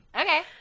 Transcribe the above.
Okay